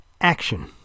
action